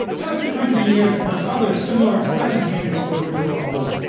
after twenty years of much other similar second-hand exposure to rawls,